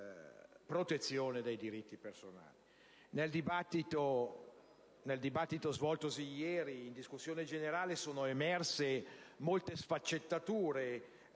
protezione dei diritti personali. Nel dibattito svoltosi ieri in discussione generale sono emerse molte sfaccettature